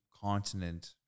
continent